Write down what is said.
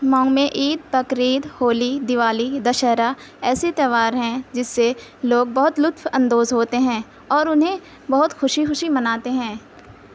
مئو میں عید بقرعید ہولی دیوالی دشہرا ایسے تہوار ہیں جس سے لوگ بہت لطف اندوز ہوتے ہیں اور انہیں بہت خوشی خوشی مناتے ہیں